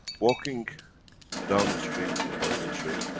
walking down the street in one nation.